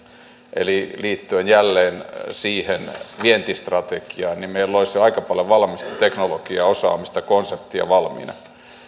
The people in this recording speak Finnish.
eli liittyen jälleen siihen vientistrategiaan meillä olisi jo aika paljon valmista teknologiaa osaamista konseptia valmiina